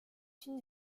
une